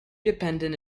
dependent